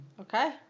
Okay